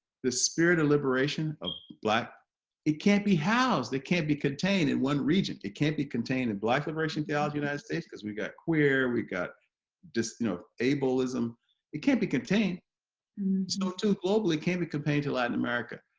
the spirit of liberation of black it can't be housed they can't be contained in one region it can't be contained in black liberation throughout the united states because we've got queer we've got just you know ableism it can't be contained so too globally came to complain to latin america ah